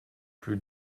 plus